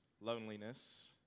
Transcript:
loneliness